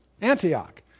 Antioch